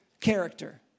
character